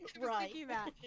right